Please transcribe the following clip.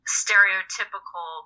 stereotypical